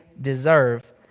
deserve